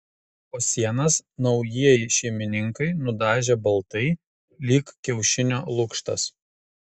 o sienas naujieji šeimininkai nudažė baltai lyg kiaušinio lukštas